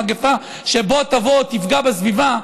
מהמגפה שבוא תבוא או תפגע בסביבה,